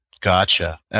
Gotcha